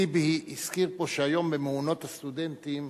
חבר הכנסת טיבי הזכיר פה שהיום במעונות הסטודנטים